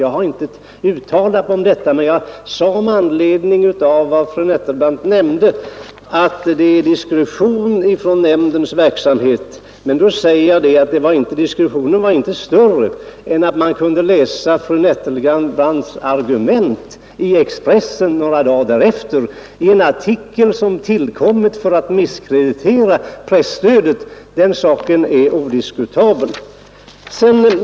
Jag har inte uttalat mig om detta, men jag sade med anledning av vad fru Nettelbrandt nämnde att det är diskretion i nämndens verksamhet, men att diskretionen inte var större än att man kunde läsa fru Nettelbrandts argument i Expressen några dagar därefter i en artikel som tillkommit för att misskreditera presstödet. Den saken är odiskutabel.